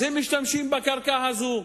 אז הם משתמשים בקרקע הזאת.